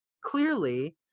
clearly